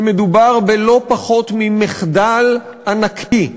שמדובר בלא פחות ממחדל ענקי.